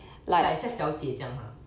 很像小姐这样啊